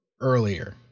earlier